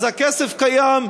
אז הכסף קיים,